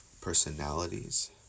personalities